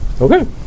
Okay